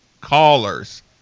callers